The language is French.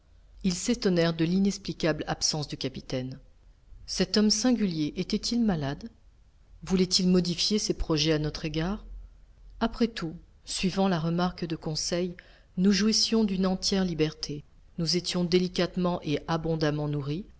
ils s'étonnèrent de l'inexplicable absence du capitaine cet homme singulier était-il malade voulait-il modifier ses projets à notre égard après tout suivant la remarque de conseil nous jouissions d'une entière liberté nous étions délicatement et abondamment nourris